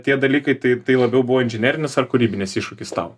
tie dalykai tai tai labiau buvo inžinerinis ar kūrybinis iššūkis tau